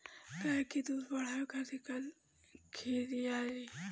गाय के दूध बढ़ावे खातिर का खियायिं?